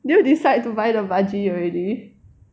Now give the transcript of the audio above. did you decide to buy the budgie already